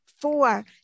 Four